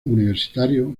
universitario